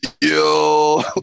yo